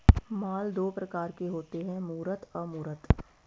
माल दो प्रकार के होते है मूर्त अमूर्त